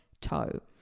toe